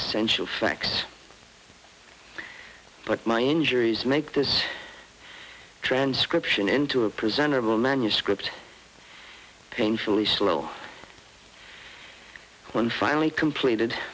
essential facts but my injuries make this transcription into a present of a manuscript painfully slow one finally completed